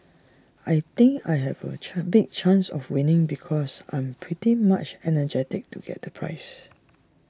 I think I have A chan big chance of winning because I'm pretty much energetic to get the prize